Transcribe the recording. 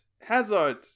Hazard